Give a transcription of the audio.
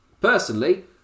personally